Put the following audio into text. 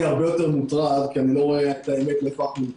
הרבה יותר מוטרד כי אני לא רואה לאן אנחנו הולכים,